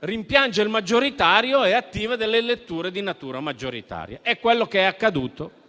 rimpiange il sistema maggioritario ed attiva delle letture di natura maggioritaria. Questo è quello che è accaduto.